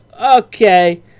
okay